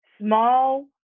small